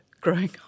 growing